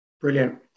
Brilliant